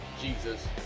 Jesus